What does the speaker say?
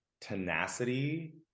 tenacity